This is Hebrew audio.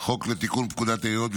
לתיקון פקודת העיריות (מס'